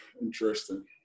interesting